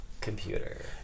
computer